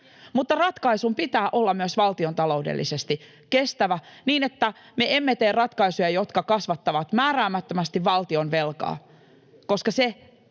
Mutta ratkaisun pitää olla myös valtiontaloudellisesti kestävä, niin että me emme tee ratkaisuja, jotka kasvattavat määräämättömästi valtionvelkaa,